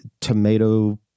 tomato